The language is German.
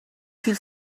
viel